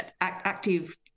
active